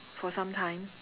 for some time